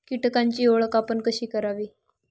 कीटकांची ओळख आपण कशी करावी?